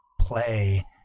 play